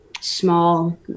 small